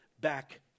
Back